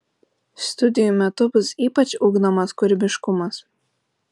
studijų metu bus ypač ugdomas kūrybiškumas